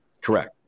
Correct